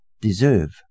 deserve